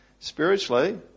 Spiritually